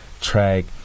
track